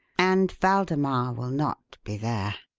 and waldemar will not be there.